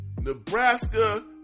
Nebraska